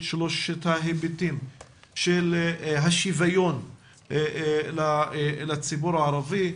שלושת ההיבטים של השוויון לציבור הערבי,